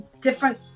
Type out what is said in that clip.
different